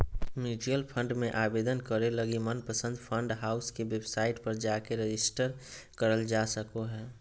mutual fund मे आवेदन करे लगी मनपसंद फंड हाउस के वेबसाइट पर जाके रेजिस्टर करल जा सको हय